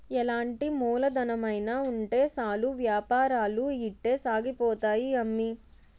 ఎలాంటి మూలధనమైన ఉంటే సాలు ఏపారాలు ఇట్టే సాగిపోతాయి అమ్మి